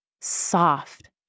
soft